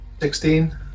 16